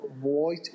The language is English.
White